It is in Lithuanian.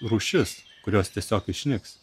rūšis kurios tiesiog išnyks